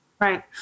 Right